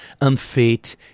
unfit